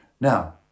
Now